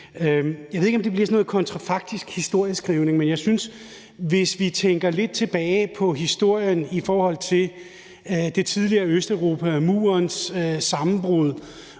Jeg ved ikke, om det bliver sådan noget kontrafaktisk historieskrivning, men jeg synes, at hvis vi tænker lidt tilbage på historien i forhold til det tidligere Østeuropa og Murens fald,